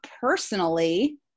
personally